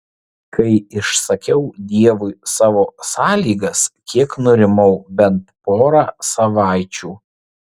kai išsakiau dievui savo sąlygas kiek nurimau bent porą savaičių